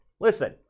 Listen